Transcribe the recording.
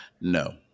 No